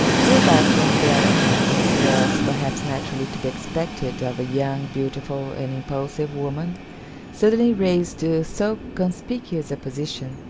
cleopatra, on the other hand, as was, perhaps, naturally to be expected of a young, beautiful, and impulsive woman suddenly raised to so conspicuous a position,